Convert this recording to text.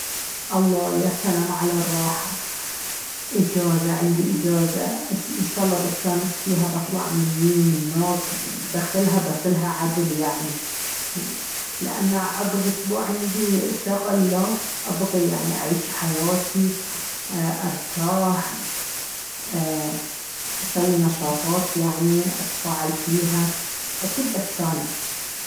الله يا سلام على الراحة إجازة عندي إجازة إن شاء الله بستانس فيها بطلع مني ومناك بفلها بفلها عدل يعني لأنه عقب أسبوع عندي شغل لا أبغي يعني أعيش حياتي أرتاح ايه أسوي نشاطات يعني أتفاعل فيها أكيد بستانس